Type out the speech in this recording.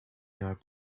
your